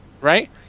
Right